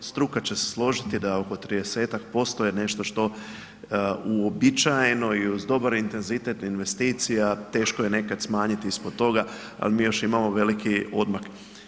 Struka će se složiti da je oko 30% je nešto što uobičajeno i uz dobar intenzitet investicija, teško je nekad smanjiti ispod toga, ali mi još imamo veliki odmak.